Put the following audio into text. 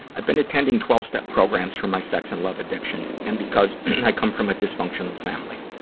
i've been attending twelve step programs for my sex and love addiction and because i come from a dysfunctional family.